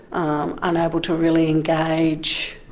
um unable to really engage,